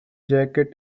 jacket